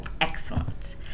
Excellent